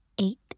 eight